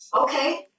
Okay